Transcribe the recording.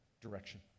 direction